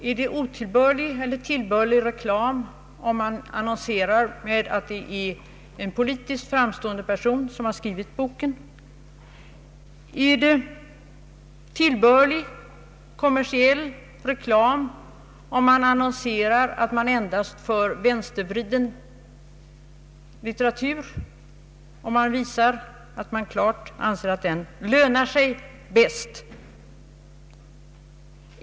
Är det otillbörlig eller tillbörlig reklam om man säger att det är en politiskt framstående person som har skrivit boken? Är det otillbörlig reklam om det i en annons står att förlaget endast för vänstervriden litteratur och gör gällande att en vänstervriden politik lönar sig bäst?